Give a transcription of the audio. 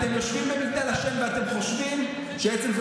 אתם יושבים במגדל השן ואתם חושבים שעצם זה